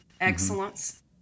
excellence